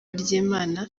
ry’imana